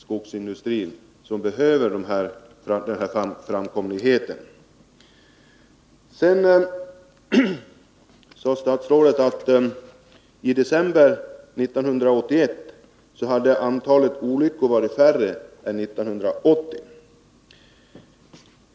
Statsrådet sade att antalet olyckor i december 1981 hade varit mindre än i december 1980.